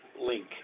link